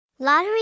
Lottery